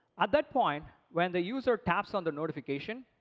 at that point, when the user taps on their notification,